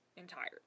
entirely